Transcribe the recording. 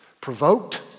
Provoked